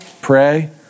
pray